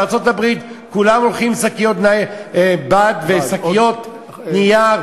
בארצות-הברית כולם הולכים עם שקיות בד ושקיות נייר,